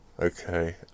Okay